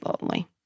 lonely